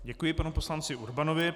Děkuji panu poslanci Urbanovi.